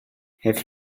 have